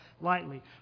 lightly